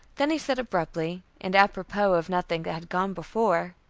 then he said abruptly, and apropos of nothing that had gone before